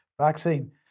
vaccine